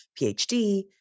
PhD